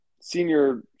senior